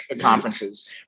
conferences